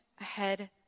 ahead